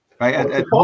right